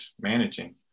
managing